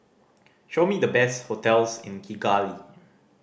show me the best hotels in Kigali